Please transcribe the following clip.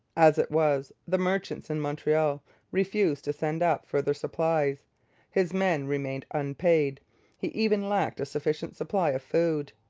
as it was, the merchants in montreal refused to send up further supplies his men remained unpaid he even lacked a sufficient supply of food.